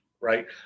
right